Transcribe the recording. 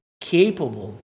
capable